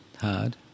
hard